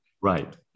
Right